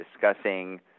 discussing